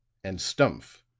and stumph,